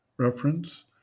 Reference